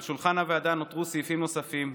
על שולחן הוועדה נותרו סעיפים נוספים,